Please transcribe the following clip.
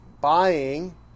buying